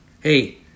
hey